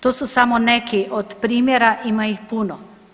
To su samo neki od primjera, ima ih puno.